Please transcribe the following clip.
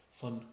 van